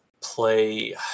play